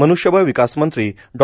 मनूष्यबळ विकासमंत्री डॉ